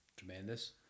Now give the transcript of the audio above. tremendous